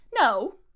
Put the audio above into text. no